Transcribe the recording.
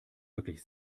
wirklich